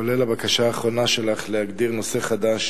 כולל הבקשה האחרונה שלך, להגדיר נושא חדש